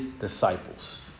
disciples